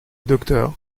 docteur